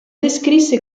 descrisse